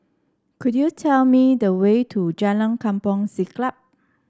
could you tell me the way to Jalan Kampong Siglap